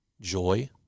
joy